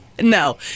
No